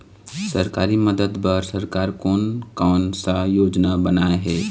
सरकारी मदद बर सरकार कोन कौन सा योजना बनाए हे?